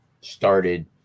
started